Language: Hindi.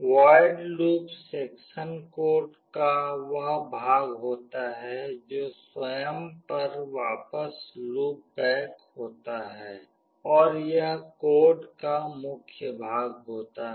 वोयड लूप सेक्शन कोड का वह भाग होता है जो स्वयं पर वापस लूप बैक होता है और यह कोड का मुख्य भाग होता है